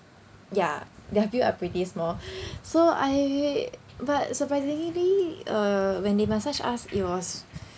ya their build are pretty small so I but surprisingly uh when they massage us it was